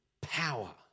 power